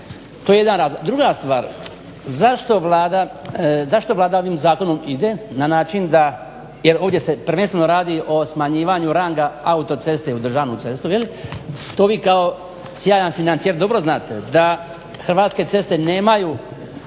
To je jedan razlog. Druga stvar, zašto Vlada ovim zakonom ide na način da jer ovdje se prvenstveno radi o smanjivanju ranga autoceste u državnu cestu jel' to vi kao sjajan financijer dobro znate da Hrvatske ceste nemaju